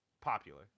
popular